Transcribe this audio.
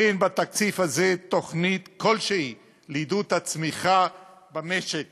אין בתקציב הזה תוכנית כלשהי לעידוד הצמיחה במשק